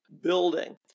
building